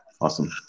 Awesome